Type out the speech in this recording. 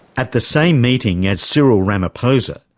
at the same meeting as cyril ramaphosa,